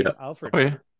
Alfred